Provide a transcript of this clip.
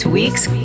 week's